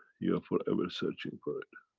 you are forever searching for it.